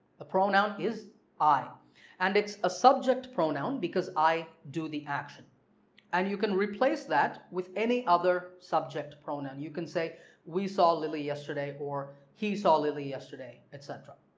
the pronoun is i and it's a subject pronoun because i do the action and you can replace that with any other subject pronoun. you can say we saw lilly yesterday or he saw lilly yesterday etc.